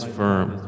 firm